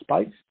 space